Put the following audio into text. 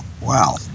Wow